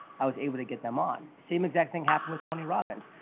i was able to get them on. same exact thing happened with tony robbins.